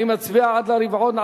אני מצביע עד לרבעון,